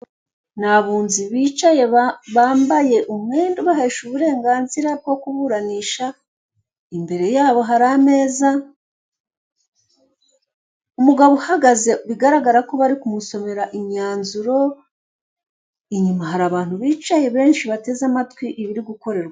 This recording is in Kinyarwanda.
Ni abunzi bicaye bambaye umwenda ubahesha uburenganzira bwo kuburanisha, imbere yabo hari ameza, umugabo uhagaze bigaragara ko bari kumusomera imyanzuro, inyuma hari abantu bicaye benshi bateze amatwi ibirikore